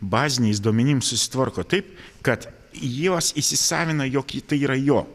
baziniais duomenim susitvarko taip kad juos įsisavina jog tai yra jo